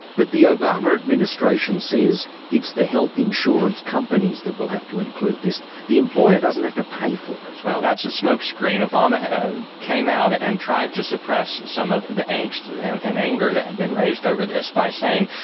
but the obama administration says it's the health insurance companies that will have to include this. the employer doesn't have to pay for it. well that's a smokescreen. obama came out and tried to suppress some of the angst and and anger that had been raised over this by saying,